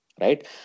right